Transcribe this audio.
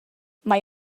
mae